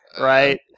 Right